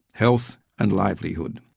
health and livelihood.